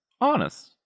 Honest